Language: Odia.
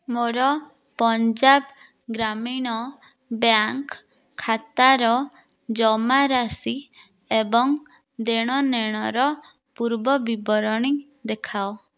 ମୋର ପଞ୍ଜାବ ଗ୍ରାମୀଣ ବ୍ୟାଙ୍କ୍ ଖାତାର ଜମାରାଶି ଏବଂ ଦେଣନେଣର ପୂର୍ବବିବରଣୀ ଦେଖାଅ